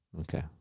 Okay